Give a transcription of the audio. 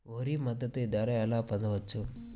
వరి మద్దతు ధర ఎలా పొందవచ్చు?